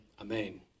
Amen